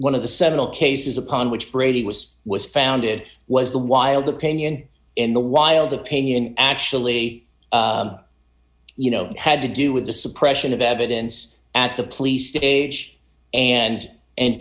one of the several cases upon which brady was was found it was the wild opinion in the wild opinion actually you know had to do with the suppression of evidence at the police to age and and